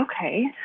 Okay